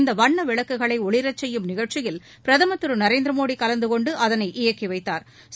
இந்த வண்ண விளக்குகளை ஒளிரச்செய்யும் நிகழ்ச்சியில் பிரதமர் திரு நரேந்திர மோடி கலந்துகொண்டு அதனை இயக்கி வைத்தாா்